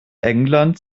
englands